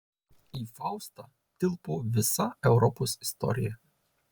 į faustą tilpo visa europos istorija